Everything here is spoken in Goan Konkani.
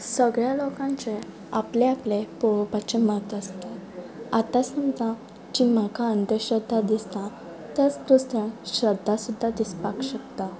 सगळ्या लोकांचें आपलें आपलें पळोवपाचें मत आसता आतांस तुमकां जी म्हाका अंधश्रद्धा दिसता तेंच श्रध्दा सुद्दां दिसपाक शकता